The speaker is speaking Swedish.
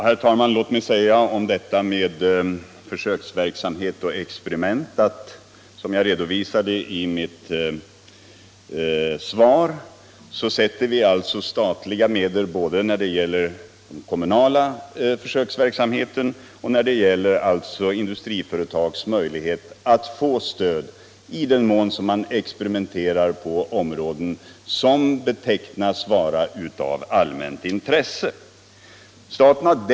Herr talman! Låt mig om försöksverksamhet och experiment säga att vi, såsom jag redovisade i mitt svar, avsätter statliga medel till den kommunala försöksverksamheten med avfallshantering och ger industriföretag möjligheter att få sådant stöd i den mån man experimenterar på områden som betraktas vara av allmänt intresse.